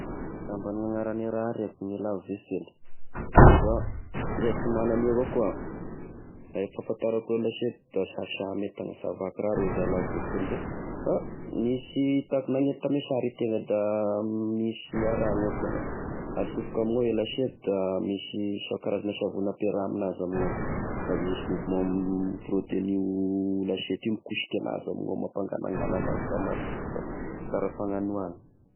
Sambany ny anara raha reko ny lave vaiselle, fa iaho sy magna io avao ko aho, fahafantarako a lasety da sasa amy tagna, sy avaky raha izah lave vaiselle izah, ah nisy hitak- nagnety tamy sary tegna da misy a raha ino kegna, asofoka amignao i lasety da misy sa- karazagna savony ampiaraha amignazy amign'io, da misy mouvement m- frotte an'io lasety io mikosika agn'azy, amy mampangalangalagna azy da madio sy fa- fa sara fagnano any.